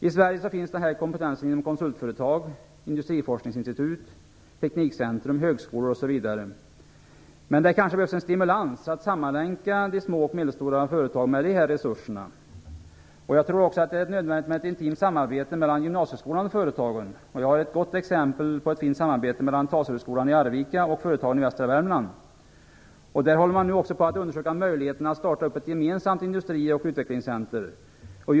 I Sverige finns den här kompetensen inom konsultföretag, industriforskningsinstitut, teknikcentrum, högskolor osv. Men det behövs kanske en stimulans för att sammanlänka de små och medelstora företagen med dessa resurserna. Jag tror också att det är nödvändigt med ett intimt samarbete mellan gymnasieskolan och företagen. Jag har ett gott exempel på ett fint samarbete mellan Taserudskolan i Arvika och företagen i västra Värmland. Där håller man nu också på att undersöka möjligheterna att starta upp ett gemensamt industri och utvecklingscentrum.